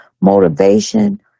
motivation